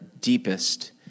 deepest